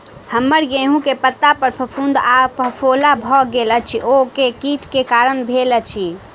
हम्मर गेंहूँ केँ पत्ता पर फफूंद आ फफोला भऽ गेल अछि, ओ केँ कीट केँ कारण भेल अछि?